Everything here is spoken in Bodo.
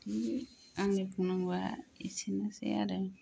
बिदिनो आंनि बुंनांगौआ एसेनोसै आरो